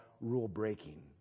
rule-breaking